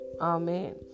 Amen